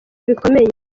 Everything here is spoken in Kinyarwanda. bikomeye